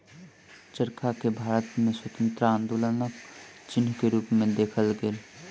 चरखा के भारत में स्वतंत्रता आन्दोलनक चिन्ह के रूप में देखल गेल